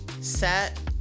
Set